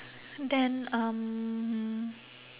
then um